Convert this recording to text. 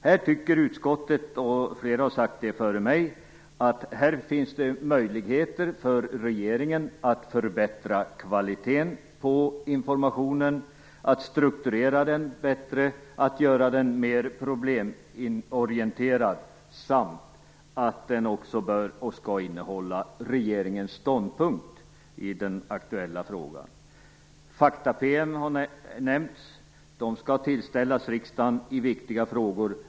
Här anser utskottet, och flera har sagt det före mig, att det finns möjligheter för regeringen att förbättra kvaliteten på informationen, att strukturera den bättre och att göra den mer problemorienterad samt att den också skall innehålla regeringens ståndpunkt i den aktuella frågan. Fakta-PM har nämnts. De skall tillställas riksdagen i viktiga frågor.